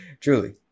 Truly